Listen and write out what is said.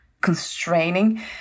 constraining